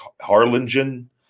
Harlingen